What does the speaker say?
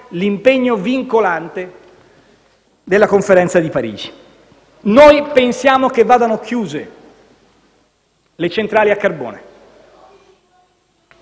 l'impegno vincolante della Conferenza di Parigi. Noi pensiamo che le centrali a carbone